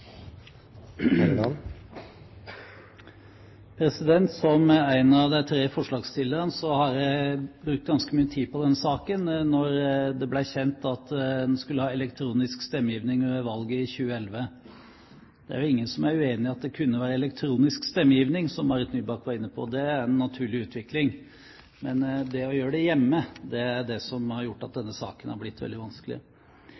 Som en av de tre forslagsstillerne har jeg brukt ganske mye tid på denne saken etter at det ble kjent at man skulle ha elektronisk stemmegivning ved valget i 2011. Det er ingen som er uenig i at det kunne være elektronisk stemmegivning – som Marit Nybakk var inne på – det er en naturlig utvikling. Men det å stemme hjemmefra er det som har gjort at